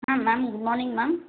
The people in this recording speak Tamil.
ah ma'am good morning ma'am